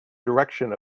direction